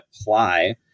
apply